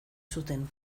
zuten